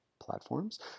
platforms